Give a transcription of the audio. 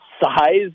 size